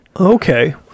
Okay